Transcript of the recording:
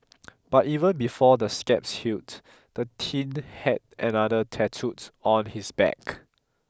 but even before the scabs healed the teen had another tattooed on his back